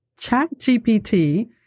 ChatGPT